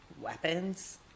weapons